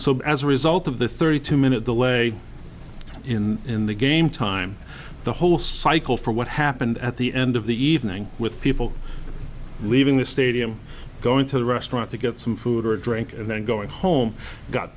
so as a result of the thirty two minute delay in in the game time the whole cycle for what happened at the end of the evening with people leaving the stadium going to the restaurant to get some food or a drink and then going home got